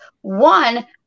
one